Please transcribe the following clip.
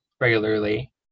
regularly